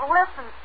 listen